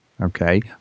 Okay